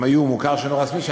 שהם היו מוכר שאינו רשמי,